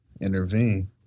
intervene